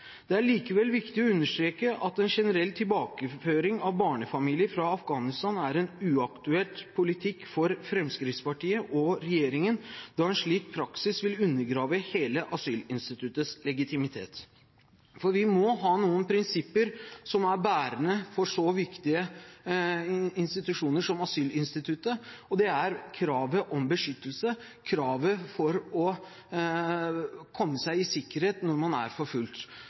Det er likevel viktig å understreke at en generell tilbakeføring av barnefamilier fra Afghanistan er en uaktuell politikk for Fremskrittspartiet og regjeringen, da en slik praksis vil undergrave hele asylinstituttets legitimitet – for vi må ha noen prinsipper som er bærende for så viktige institusjoner som asylinstituttet, og det er kravet om beskyttelse og kravet om å komme seg i sikkerhet når man er